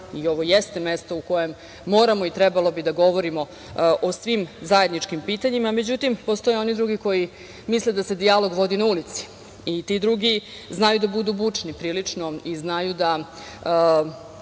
i ovo jeste mesto u kojem moramo i trebalo bi da govorimo o svim zajedničkim pitanjima.Međutim, postoje one drugi koji misle da se dijalog vodi na ulici i ti drugi znaju da budu bučni prilično i znaju da,